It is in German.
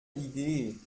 idee